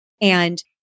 and-